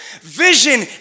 Vision